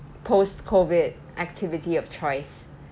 post COVID activity of choice